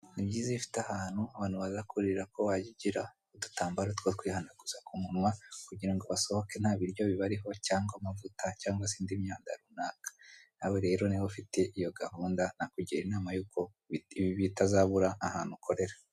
Ni byiza iyo ufite ahantu abantu baza kurira, ko wajya ugira udutambaro two kwihanaguza ku munwa, kugira ngo basohoke ntabiryo bibariho cyangwa amavuta cyangwa se indi myanda ruanaka. Nawe rero niba ufite iyo gahunda, nakugira inama yuko ibi bitazabura ahantu ukorera.